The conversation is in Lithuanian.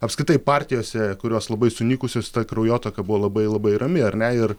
apskritai partijose kurios labai sunykusios ta kraujotaka buvo labai labai rami ar ne ir